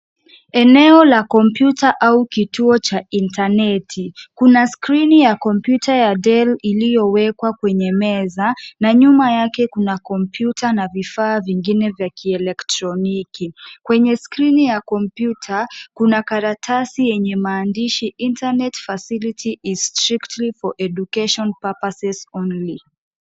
Eneo la komputa au kituo cha intaneti. Kuna skrini ya kompyuta ya Dell iliyowekwa kwenye meza na nyuma yake kuna kompyuta na vifaa vingine vya kielektroniki. Kwenye skrini ya kompyuta, kuna karatasi yenye maandishi Internet facility is strictly for education purposes only .